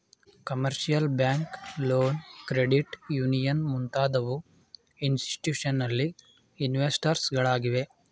commercial bank loan, credit union ಮುಂತಾದವು institutional investors ಗಳಾಗಿವೆ